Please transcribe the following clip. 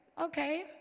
okay